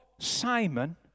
Simon